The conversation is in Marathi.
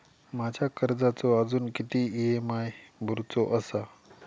माझ्या कर्जाचो अजून किती ई.एम.आय भरूचो असा?